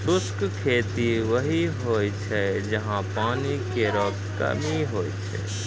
शुष्क खेती वहीं होय छै जहां पानी केरो कमी होय छै